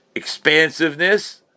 expansiveness